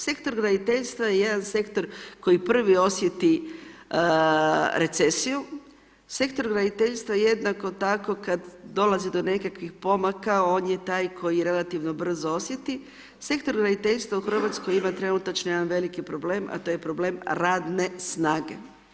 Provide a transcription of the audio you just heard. Sektor graditeljstva je jedan sektor koji prvi osjeti recesiju, sektor graditeljstva jednako tako kad dolazi do nekakvih pomaka, on je taj koji relativno brzo osjeti, sektor graditeljstva u Hrvatskoj ima trenutačno jedan veliki problem, a to je problem radne snage.